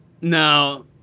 No